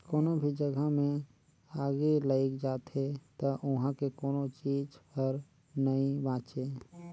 कोनो भी जघा मे आगि लइग जाथे त उहां के कोनो चीच हर नइ बांचे